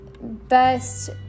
best